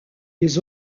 les